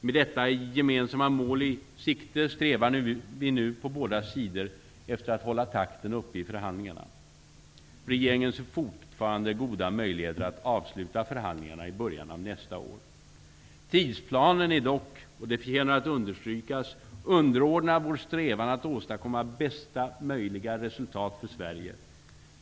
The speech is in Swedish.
Med detta gemensamma mål i sikte strävar vi nu på båda sidor efter att hålla takten uppe i förhandlingarna. Regeringen ser fortfarande goda möjligheter att avsluta förhandlingarna i början av nästa år. Tidsplanen är dock, och det förtjänar att understrykas, underordnad vår strävan att åstadkomma bästa möjliga resultat för Sverige.